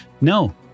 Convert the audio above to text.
no